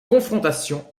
confrontations